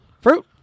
fruit